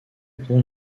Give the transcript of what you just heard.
pond